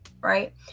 Right